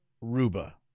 Ruba